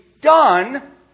done